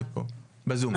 בזום.